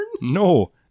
no